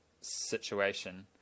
situation